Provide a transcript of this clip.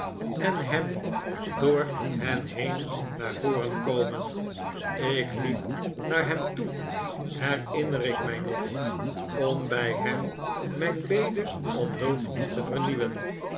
en ham door hen heen naar voren komen ik liep naar hem toe herinner ik mij nog om bij hem mijn bede om hulp te vernieuwen